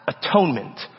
atonement